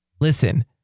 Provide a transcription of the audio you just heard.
Listen